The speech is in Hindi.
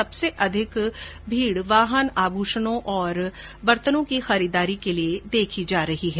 सबसे अधिक भीड़ वाहन आभूषणों और बर्तनों की खरीददारी के लिए देखी जा रही है